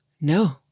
no